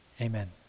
Amen